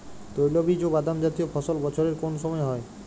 তৈলবীজ ও বাদামজাতীয় ফসল বছরের কোন সময় হয়?